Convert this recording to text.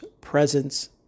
presence